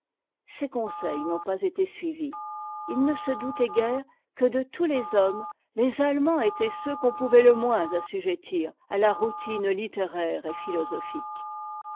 ses conseils n'ont pas été suivis il ne se doutait guère que de tous les hommes les allemands étaient ceux qu'on pouvait le moins assujettir à la routine littéraire et philosophique